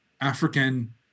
African